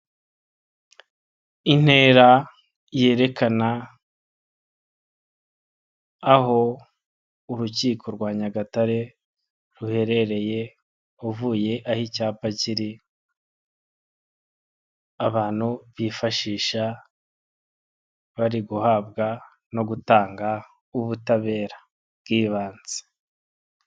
Intera yerekana aho urukiko rwa Nyagatare ruherereye uvuye aho icyapa kiri abantu bifashisha bari guhabwa no gutanga ubutabera bw'ibanze.